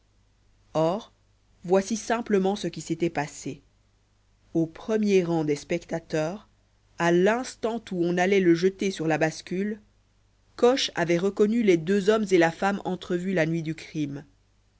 voici simplement ce qui s'était passé au premier rang des spectateurs à l'instant où on allait le jeter sur la bascule coche avait reconnu les deux hommes et la femme entrevus la nuit du crime